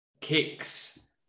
kicks